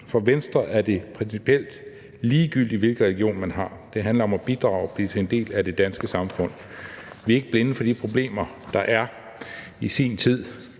For Venstre er det principielt ligegyldigt, hvilken religion man har. Det handler om at bidrage og blive til en del af det danske samfund. Vi er ikke blinde for de problemer, der er. I sin tid